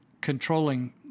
controlling